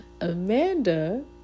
Amanda